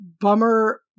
bummer